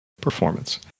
Performance